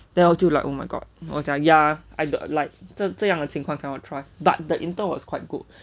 then 我就 like oh my god 我讲 ya I don't like 这这样的情况 cannot trust but the intern was quite good